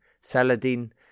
Saladin